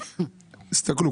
תסתכלו.